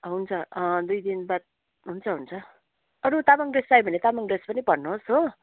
हुन्छ दुई दिनबाद हुन्छ हुन्छ अरू तामाङ ड्रेस चाहियो भने तामाङ ड्रेस पनि भन्नुहोस् हो